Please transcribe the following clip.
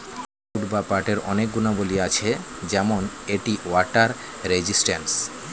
jute বা পাটের অনেক গুণাবলী আছে যেমন এটি ওয়াটার রেজিস্ট্যান্স